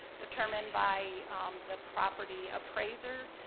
determined by the property appraiser,